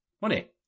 money